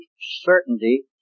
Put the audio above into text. certainty